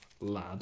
lad